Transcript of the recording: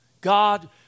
God